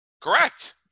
Correct